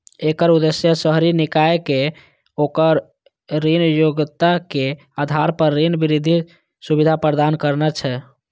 एकर उद्देश्य शहरी निकाय कें ओकर ऋण योग्यताक आधार पर ऋण वृद्धि सुविधा प्रदान करना छै